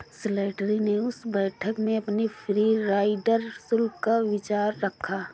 Slattery ने उस बैठक में अपने फ्री राइडर शुल्क का विचार रखा